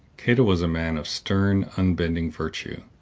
cato was a man of stern, unbending virtue,